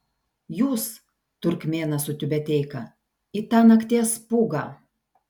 jūs turkmėnas su tiubeteika į tą nakties pūgą